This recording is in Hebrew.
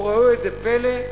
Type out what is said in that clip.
ראו איזה פלא,